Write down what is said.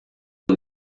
boy